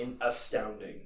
astounding